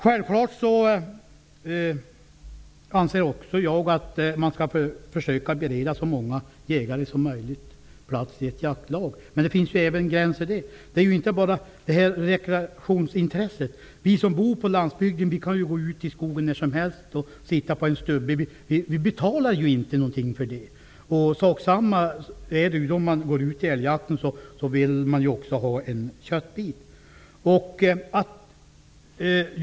Självklart anser också jag att man skall försöka bereda så många jägare som möjligt plats i ett jaktlag. Men det finns gränser också för det. Det handlar inte bara om rekreationsintresset. Vi som bor på landsbygden kan ju gå ut i skogen när som helst och sitta på en stubbe. Vi betalar ju inte någonting för det. När man går ut i älgjakten vill man ju också ha en köttbit.